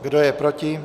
Kdo je proti?